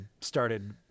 started